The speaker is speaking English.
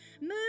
Move